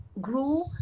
grew